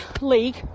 League